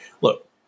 look